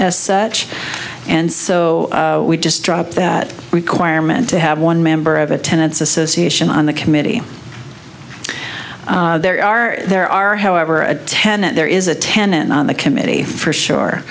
as such and so we just drop that requirement to have one member of attendants association on the committee there are there are however a tenant there is a tenant on the committee for sure